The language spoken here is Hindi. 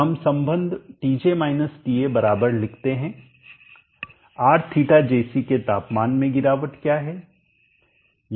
तो हम संबंध Tj Ta बराबर लिखते हैं Rθjc के तापमान में गिरावट क्या है